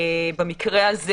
במקרה הזה,